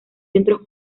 centros